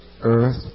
earth